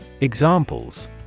Examples